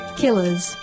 killers